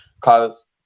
cause